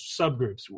subgroups